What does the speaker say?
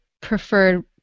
preferred